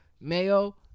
mayo